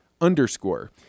underscore